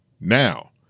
now